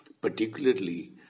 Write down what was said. particularly